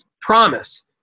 promise